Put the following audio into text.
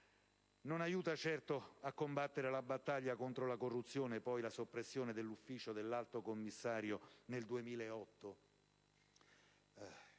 Non aiuta certo a combattere la battaglia contro la corruzione, poi, la soppressione dell'ufficio dell'Alto commissario